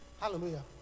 Hallelujah